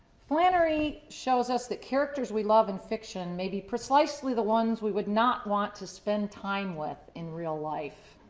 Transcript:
flannery shows us that characters we love in fiction may be precisely the ones we would not want to spend time with in real life.